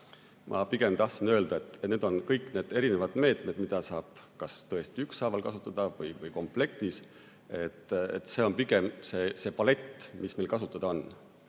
Ma pigem tahtsin öelda, et need on kõik need erinevad meetmed, mida saab kasutada kas ükshaaval või komplektis. Nii et see on pigem see palett, mis meil kasutada on.